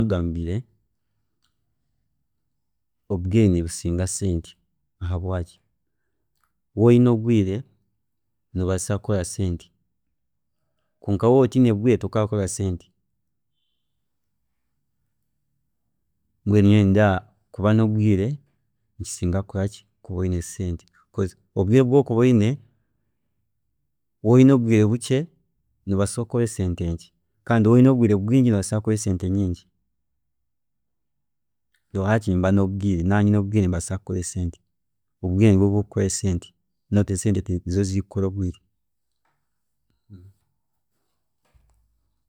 Obwiire obwiire nibusinga sente habwaaki, waaba oyine obwiire nobaasa kubukora sente kwonka waaba otiine bwiire tokakora kukora sente mbwenu nyowe nindeeba kuba nobwiire nikisinga kuba oyine sente because obwiire obu orikuba oyine, waaba oyine obwiire bukye nobaasa kukora sente kandi waaba oyine obwiire bwingi nobaasa kukora sente habkuba obwiire nibukora sente so esente tizo zikukora obwiire